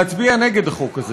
להצביע נגד החוק הזה.